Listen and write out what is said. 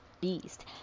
Beast